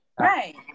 right